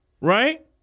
right